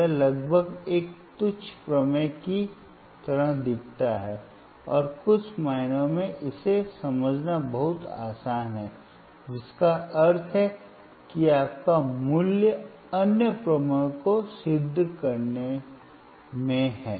यह लगभग एक तुच्छ प्रमेय की तरह दिखता है और कुछ मायनों में इसे समझना बहुत आसान है जिसका अर्थ है कि आपका मूल्य अन्य प्रमेयों को सिद्ध करने में है